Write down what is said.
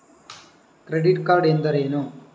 Credit card ಎಂದರೇನು?